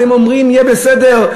אתם אומרים, יהיה בסדר.